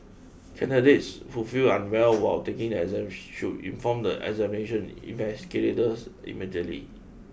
candidates who feel unwell while taking the exams should inform the examination investigators immediately